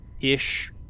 ish